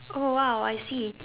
oh !wow! I see